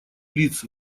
лиц